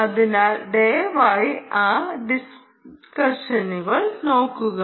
അതിനാൽ ദയവായി ആ ഡിസ്ക്കഷനുകൾ നോക്കുക